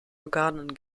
organen